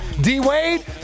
D-Wade